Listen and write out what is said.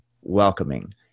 welcoming